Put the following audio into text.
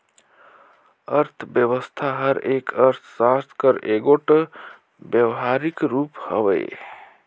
अर्थबेवस्था हर अर्थसास्त्र कर एगोट बेवहारिक रूप हवे